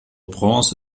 prince